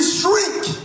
shrink